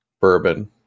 bourbon